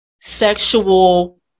sexual